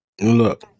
Look